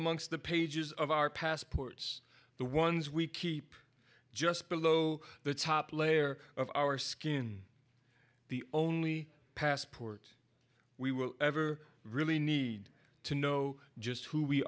amongst the pages of our passports the ones we keep just below the top layer of our skin the only passport we will ever really need to know just who we